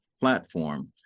platform